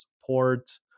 support